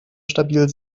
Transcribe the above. stabil